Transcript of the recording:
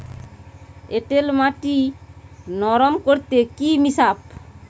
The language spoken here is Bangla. এঁটেল মাটি নরম করতে কি মিশাব?